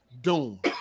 doom